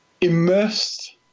immersed